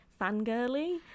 fangirly